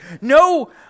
No